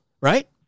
right